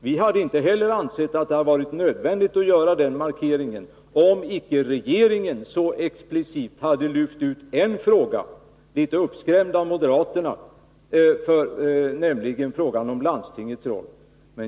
Vi hade inte heller ansett att det hade varit nödvändigt att göra en markering om inte regeringen, litet uppskrämd av moderaterna, så explicit hade lyft ut en fråga, frågan om landstingets roll.